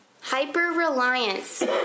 Hyper-reliance